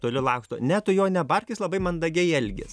toli laksto ne tu jo nebark jis labai mandagiai elgias